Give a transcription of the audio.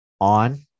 on